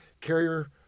carrier